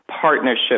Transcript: partnership